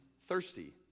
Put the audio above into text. thirsty